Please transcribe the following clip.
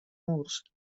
murs